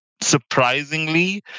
surprisingly